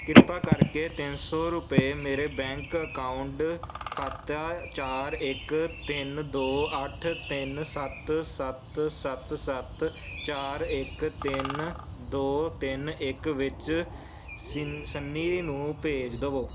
ਕ੍ਰਿਪਾ ਕਰਕੇ ਤਿੰਨ ਸੌ ਰੁਪਏ ਮੇਰੇ ਬੈਂਕ ਅਕਾਊਂਟ ਖਾਤਾ ਚਾਰ ਇੱਕ ਤਿੰਨ ਦੋ ਅੱਠ ਤਿੰਨ ਸੱਤ ਸੱਤ ਸੱਤ ਸੱਤ ਚਾਰ ਇੱਕ ਤਿੰਨ ਦੋ ਤਿੰਨ ਇੱਕ ਵਿੱਚ ਸਿਨ ਸਨੀ ਨੂੰ ਭੇਜ ਦੇਵੋ